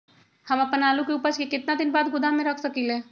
हम अपन आलू के ऊपज के केतना दिन बाद गोदाम में रख सकींले?